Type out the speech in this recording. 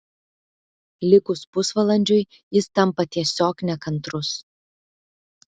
likus pusvalandžiui jis tampa tiesiog nekantrus